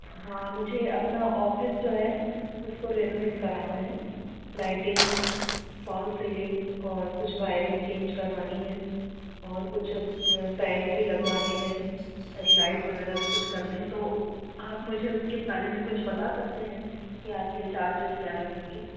हाँ मुझे अपना ऑफ़िस जो है उसको रेनोवेट कराना है लाइटिंग फॉल सीलिंग और कुछ वायरिंग चेंज करवानी है और कुछ फ़ैन भी लगवाने हैं और लाइट वग़ैरह भी कुछ करने हैं तो आप मुझे उसके बारे में कुछ बता सकते हैं कि आपके चार्जस क्या रहेंगे